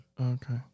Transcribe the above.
Okay